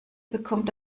bekommt